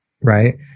right